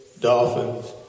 dolphins